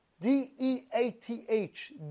D-E-A-T-H